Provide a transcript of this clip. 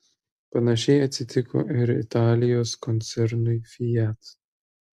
panašiai atsitiko ir italijos koncernui fiat